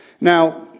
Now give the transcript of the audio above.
Now